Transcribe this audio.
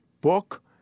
book